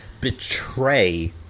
betray